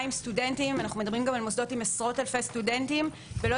אנחנו מדברים על מוסדות עם עשרות אלפי סטודנטים ולא